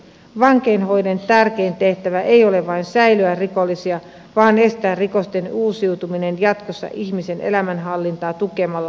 vankeinhoidon tärkein tehtävä ei ole vain säilöä rikollisia vaan estää rikosten uusiutuminen jatkossa ihmisen elämänhallintaa tukemalla